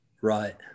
right